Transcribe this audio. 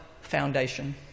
foundation